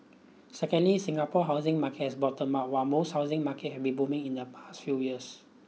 secondly Singapore housing market has bottomed out while most housing market have booming in the past few years